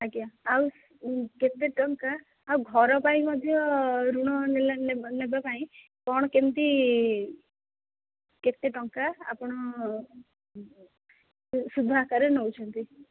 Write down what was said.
ଆଜ୍ଞା ଆଉ କେତେ ଟଙ୍କା ଆଉ ଘର ପାଇଁ ମଧ୍ୟ ଋଣ ନେବା ପାଇଁ କ'ଣ କେମିତି କେତେ ଟଙ୍କା ଆପଣ ସୁଧ ଆକାରରେ ନେଉଛନ୍ତି